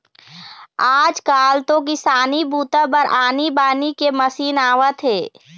आजकाल तो किसानी बूता बर आनी बानी के मसीन आवत हे